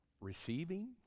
receiving